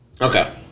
Okay